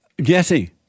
Jesse